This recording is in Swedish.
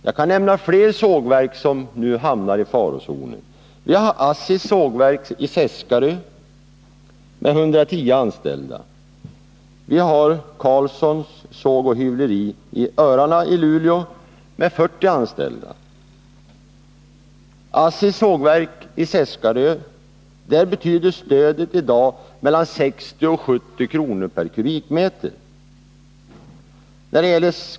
Jag kan nämna flera sågverk som nu hamnar i farozonen: ASSI:s sågverk i Seskarö med 110 anställda och B.A. Carlssons Såg & Hyvleri i Örarna i Luleå med 40 anställda. För ASSI:s sågverk i Seskarö betyder stödet i dag mellan 60 och 70 kr. per kubikmeter.